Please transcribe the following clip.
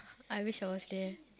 I wish I was there